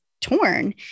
torn